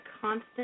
constant